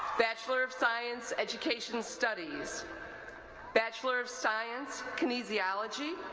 bachelor of science-education studies bachelor of science-kinesiology